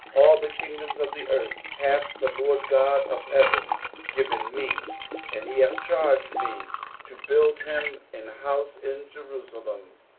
all the kingdoms of the earth hath the lord god of heaven given me and he hath charged me to build him an house in jerusalem,